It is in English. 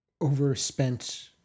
overspent